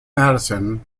madison